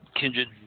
Kindred